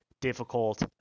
difficult